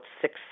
six